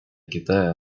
китая